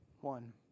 one